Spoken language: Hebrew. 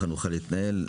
ככה נוכל להתנהל.